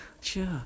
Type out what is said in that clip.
sure